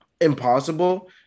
impossible